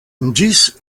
ĝis